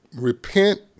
repent